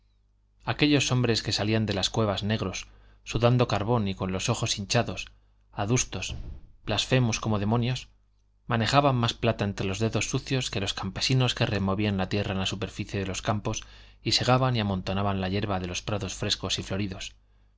aquellos hombres que salían de las cuevas negros sudando carbón y con los ojos hinchados adustos blasfemos como demonios manejaban más plata entre los dedos sucios que los campesinos que removían la tierra en la superficie de los campos y segaban y amontonaban la yerba de los prados frescos y floridos